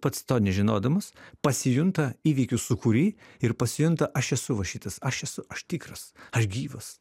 pats to nežinodamas pasijunta įvykių sūkury ir pasijunta aš esu va šitas aš esu aš tikras aš gyvas